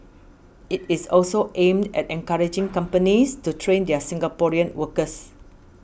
it is also aimed at encouraging companies to train their Singaporean workers